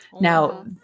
Now